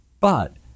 But-